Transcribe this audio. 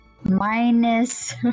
Minus